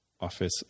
Office